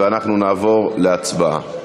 ואנחנו נעבור להצבעה.